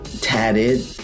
tatted